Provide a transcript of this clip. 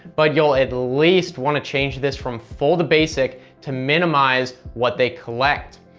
but you'll at least want to change this from full to basic, to minimize what they collect.